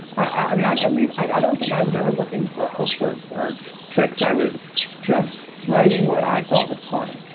i mean i mean i don't think i was ever looking for hooks or or tricks. i was just writing what i thought was funny.